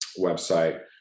website